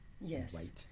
Yes